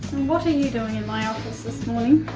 what are you doing in my office this morning?